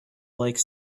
like